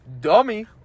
Dummy